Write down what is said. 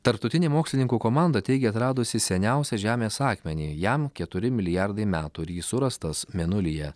tarptautinė mokslininkų komanda teigia atradusi seniausią žemės akmenį jam keturi milijardai metų ir jis surastas mėnulyje